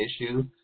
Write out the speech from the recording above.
issue